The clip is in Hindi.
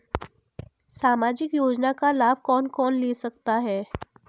सामाजिक योजना का लाभ कौन कौन ले सकता है?